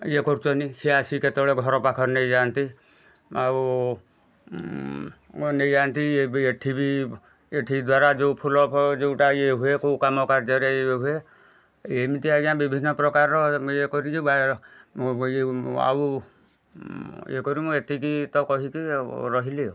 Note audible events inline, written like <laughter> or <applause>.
ଇଏ କରୁଚନ୍ତି ସିଏ ଆସିକି କେତେବେଳେ ଘର ପାଖରେ ନେଇଯାଆନ୍ତି ଆଉ ନେଇଯାଆନ୍ତି ଇଏ ବି ଏଠି ବି ଏଠି ଦ୍ଵାରା ଯେଉଁ ଫୁଲ ଫଳ ଯୋଉଟା ଇଏ ହୁଏ ଯେଉଁ କାମକାର୍ଯ୍ୟରେ ହୁଏ ଏମିତି ଆଜ୍ଞା ବିଭିନ୍ନ ପ୍ରକାର ଇଏ କରିଛୁ <unintelligible> ଆଉ ଇଏ କରିମୁ ଏତିକି ତ କହିକି ରହିଲି ଆଉ